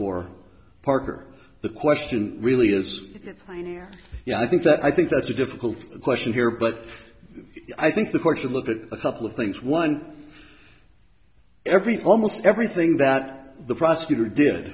for parker the question really is you know i think that i think that's a difficult question here but i think the course of look at a couple of things one everything almost everything that the prosecutor did